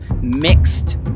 mixed